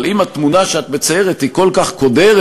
אבל אם התמונה שאת מציירת היא כל כך קודרת,